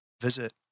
visit